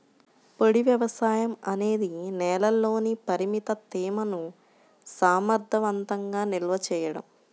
పొడి వ్యవసాయం అనేది నేలలోని పరిమిత తేమను సమర్థవంతంగా నిల్వ చేయడం